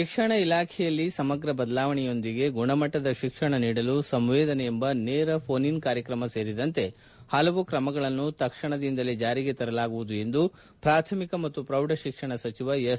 ಶಿಕ್ಷಣ ಇಲಾಖೆಯಲ್ಲಿ ಸಮಗ್ರ ಬದಲಾವಣೆಯೊಂದಿಗೆ ಗುಣಮಟ್ಟದ ಶಿಕ್ಷಣ ನೀಡಲು ಸಂವೇದನೆ ಎಂಬ ನೇರ ಘೋನ್ ಇನ್ ಕಾರ್ಯಕ್ರಮ ಸೇರಿದಂತೆ ಪಲವು ಕ್ರಮಗಳನ್ನು ತಕ್ಷಣದಿಂದಲೇ ಜಾರಿಗೆ ತರಲಾಗುವುದು ಎಂದು ಪೂಥಮಿಕ ಮತ್ತು ಪ್ರೌಢ ಶಿಕ್ಷಣ ಸಚಿವ ಎಸ್